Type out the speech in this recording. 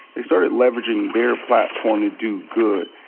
they started leveraging their platform to do good.